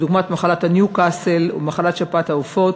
דוגמת מחלת ניוקסל ומחלת שפעת העופות,